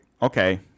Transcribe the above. Okay